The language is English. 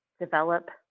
develop